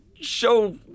show